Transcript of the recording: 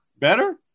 better